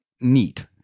neat